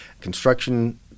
construction